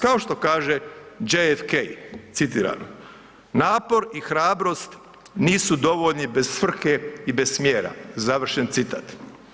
Kao što kaže … [[Govornik se ne razumije]] , citiram „napor i hrabrost nisu dovoljni bez frke i bez smjera“ završen citat.